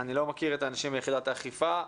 אני לא מכיר את האנשים מיחידת האכיפה,